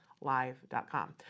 live.com